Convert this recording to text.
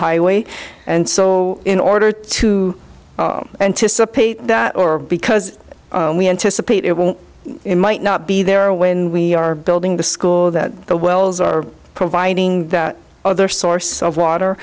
highway and so in order to anticipate that or because we anticipate it won't might not be there when we are building the school that the wells are providing that other source of water